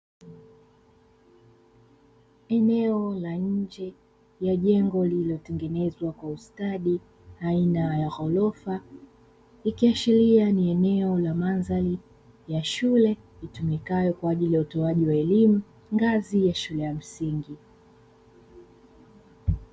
Eneo la nje ya jengo lililotengenezwa kwa ustadi aina ya ghorofa, ikiashiria ni eneo la mandhari ya shule litumikalo kwa ajili ya utoaji wa elimu ngazi ya shule ya msingi.